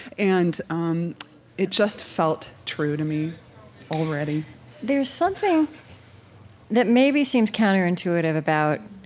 and um it just felt true to me already there's something that maybe seems counterintuitive about